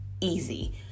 easy